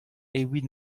evit